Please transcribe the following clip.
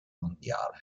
mondiale